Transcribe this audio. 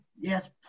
Yes